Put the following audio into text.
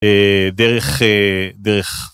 אה.. דרך... דרך